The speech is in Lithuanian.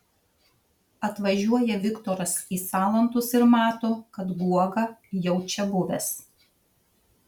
atvažiuoja viktoras į salantus ir mato kad guoga jau čia buvęs